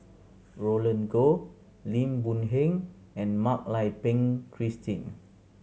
Roland Goh Lim Boon Heng and Mak Lai Peng Christine